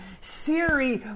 Siri